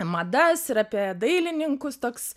madas ir apie dailininkus toks